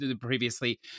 previously